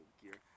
gear